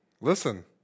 listen